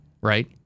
right